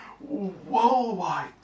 worldwide